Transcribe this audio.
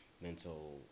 mental